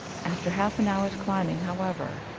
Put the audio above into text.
after half an hour's climbing, however,